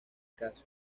caso